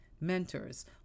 mentors